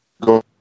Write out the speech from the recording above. go